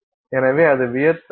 எனவே அது வியத்தகுது